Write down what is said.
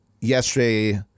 yesterday